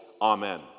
Amen